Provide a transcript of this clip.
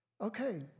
Okay